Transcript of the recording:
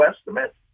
estimate